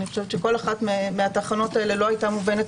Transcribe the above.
כל אחת מהתחנות האלה לא היתה מובנת